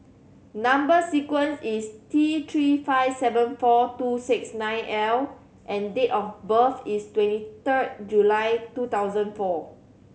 number sequence is T Three five seven four two six nine L and date of birth is twenty third July two thousand four